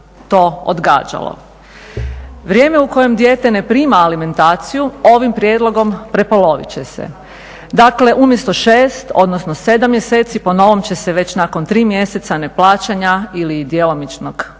to odgađalo. Vrijeme u kojem dijete ne prima alimentaciju ovim prijedlogom prepolovit će se. Dakle, umjesto 6, odnosno 7 mjeseci po novom će se već nakon 3 mjeseca neplaćanja ili djelomičnog plaćanja